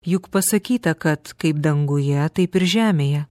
juk pasakyta kad kaip danguje taip ir žemėje